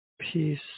peace